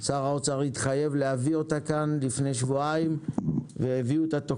שר האוצר התחייב להביא אותה כאן לפני שבועיים והביאו אותה.